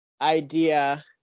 idea